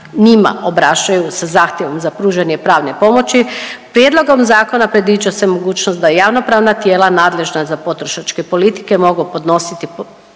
njima obraćaju sa zahtjevom za pružanje pravne pomoći prijedlogom zakona predviđa se mogućnost da javnopravna tijela nadležna za potrošačke politike mogu podnositi